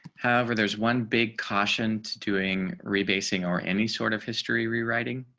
however, there's one big caution to doing rebasing or any sort of history rewriting